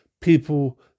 People